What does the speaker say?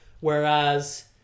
Whereas